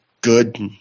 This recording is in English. good